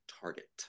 target